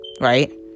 right